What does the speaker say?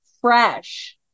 fresh